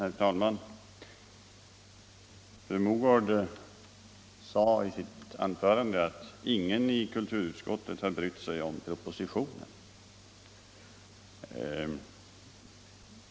Herr talman! Fru Mogård sade i sitt anförande att ingen i kulturutskottet har brytt sig om propositionen.